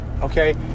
okay